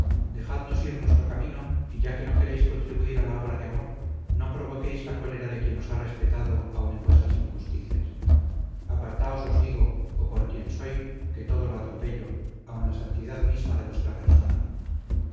dejadnos ir nuestro camino y ya que no queréis contribuir a la obra de amor no provoquéis la cólera de quien os ha respetado aun en vuestras injusticias apartaos os digo o por quien soy que todo lo atropello aun la santidad misma de vuestra persona